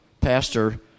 Pastor